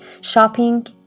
shopping